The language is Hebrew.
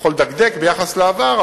יכול לדקדק ביחס לעבר,